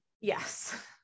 Yes